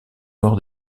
maur